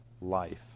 life